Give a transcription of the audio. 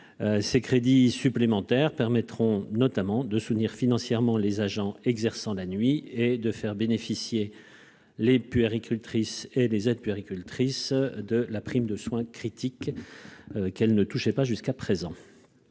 ces crédits supplémentaires permettront de soutenir financièrement les agents exerçant la nuit et de faire bénéficier les puéricultrices et les aides-puéricultrices de la prime d'exercice en soins critiques qu'elles ne touchaient pas jusqu'à présent.